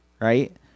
right